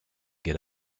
get